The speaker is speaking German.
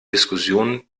diskussionen